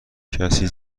کسی